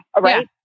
right